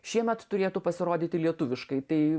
šiemet turėtų pasirodyti lietuviškai tai